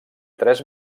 tres